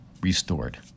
restored